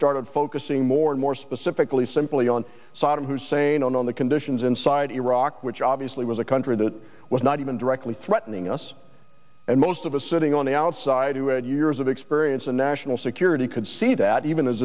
started focusing more and more specifically simply on saddam hussein on the conditions inside iraq which obviously was a country that was not even directly threatening us and most of us sitting on the outside who had years of experience in national security could see that even as